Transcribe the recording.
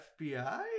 FBI